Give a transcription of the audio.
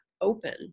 open